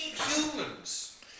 Humans